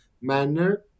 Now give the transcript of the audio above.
manner